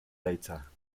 later